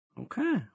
Okay